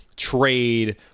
trade